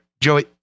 Joey